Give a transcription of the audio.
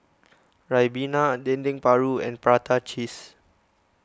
Ribena Dendeng Paru and Prata Cheese